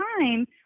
time